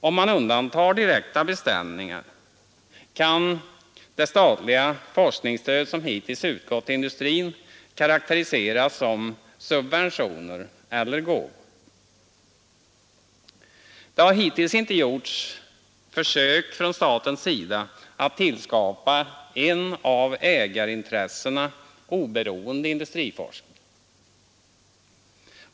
Om man undantar direkta beställningar kan det statliga forskningsstödet som hittills utgått till industrin karakteriseras som subventioner eller gåvor. Det har hittills inte gjorts försök från statens sida att tillskapa en av ägarintressena oberoende industriforskning.